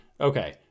Okay